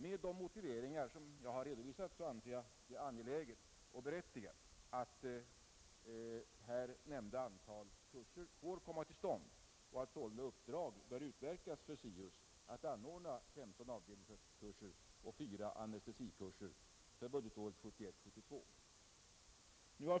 Med de motiveringar jag redovisat anser jag det angeläget och berättigat att här nämnda antal kurser får komma till stånd och att sålunda uppdrag bör utverkas för SIHUS att anordna 15 avdelningssköterskekurser och fyra anestesikurser för budgetåret 1971/72.